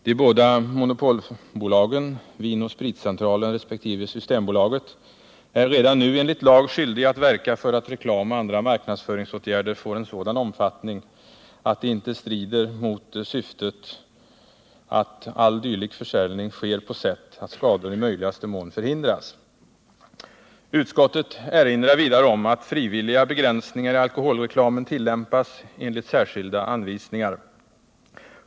De båda monopolbolagen —- AB Vin & Spritcentralen och Systembolaget AB - är redan nu enligt lag skyldiga att verka för att reklam och andra marknadsföringsåtgärder får en sådan utformning att de inte strider mot syftet att all dylik försäljning sker på sådant sätt att skador i möjligaste mån förhindras. Utskottet erinrar vidare om att frivilliga begränsningar i alkoholreklamen tillämpas enligt särskilda anvisningar.